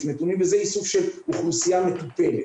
נתונים וזה איסוף של אוכלוסייה מטופלת.